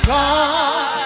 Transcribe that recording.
God